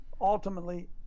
ultimately